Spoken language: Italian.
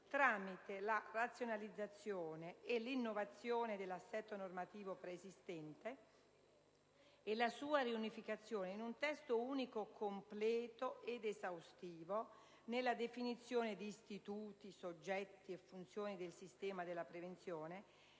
tramite la razionalizzazione e l'innovazione dell'assetto normativo preesistente e la sua riunificazione in un testo unico completo ed esaustivo nella definizione di istituti, soggetti e funzioni del sistema della prevenzione